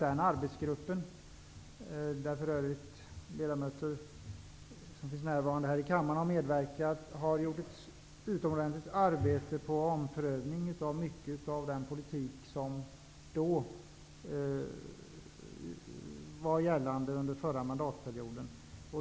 Den arbetsgruppen, där för övrigt ledamöter som finns närvarande här i kammaren har medverkat, har gjort ett utomordentligt arbete med att ompröva mycket av den politik som gällde under den förra mandatperioden.